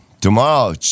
Tomorrow